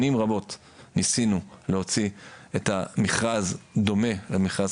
שנים רבות ניסינו להוציא מכרז דומה למכרז